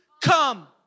come